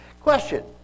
Question